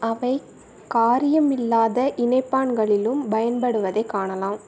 அவை காரியம் இல்லாத இணைப்பான்களிலும் பயன் படுவதைக் காணலாம்